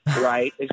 right